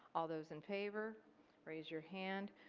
all those in favor raise your hand.